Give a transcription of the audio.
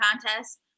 contest